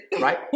Right